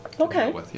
Okay